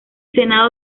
senado